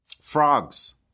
Frogs